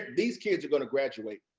these kids are going to graduate.